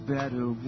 better